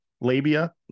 labia